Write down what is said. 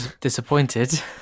disappointed